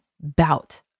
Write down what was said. bout